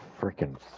freaking